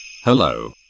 Hello